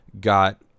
got